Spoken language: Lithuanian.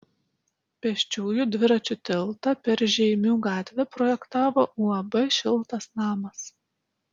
pėsčiųjų dviračių tiltą per žeimių gatvę projektavo uab šiltas namas